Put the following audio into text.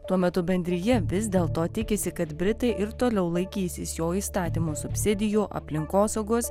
tuo metu bendrija vis dėl to tikisi kad britai ir toliau laikysis jo įstatymų subsidijų aplinkosaugos